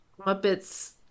Muppets